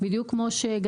בדיוק כמו שציינת,